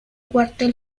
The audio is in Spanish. cuartel